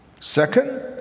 Second